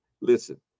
Listen